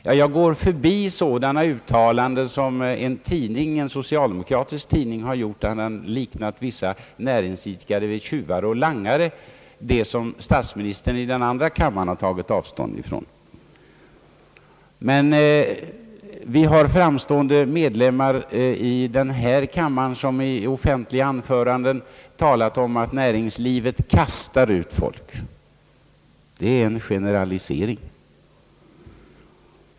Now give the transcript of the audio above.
Ja, jag går förbi sådana uttalanden som en socialdemokratisk tidning har gjort, där man liknat vissa näringsidkare vid tjuvar och langare. Statsministern tog i andra kammaren också avstånd härifrån. Men vi har i denna kammare framstående medlemmar som i offentliga anföranden har talat om att näringslivet kastar ut folk. Det är en generalisering.